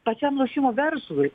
pačiam lošimo verslui